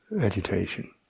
Agitation